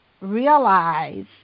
realize